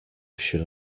should